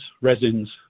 resins